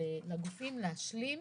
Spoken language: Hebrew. לגופים להשלים